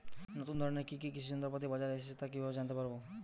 নতুন ধরনের কি কি কৃষি যন্ত্রপাতি বাজারে এসেছে তা কিভাবে জানতেপারব?